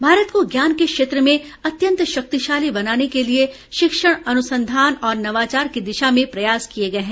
भारत को ज्ञान के क्षेत्र में अत्यंत शक्तिशाली बनाने के लिए शिक्षण अनुसंधान और नवाचार की दिशा में प्रयास किए गए हैं